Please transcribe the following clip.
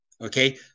Okay